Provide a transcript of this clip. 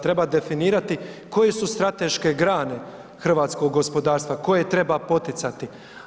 Treba definirati koje su strateške grane hrvatskog gospodarstva koje treba poticati.